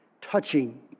touching